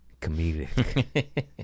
comedic